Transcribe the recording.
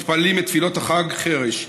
מתפללים את תפילות החג חרש,